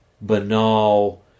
banal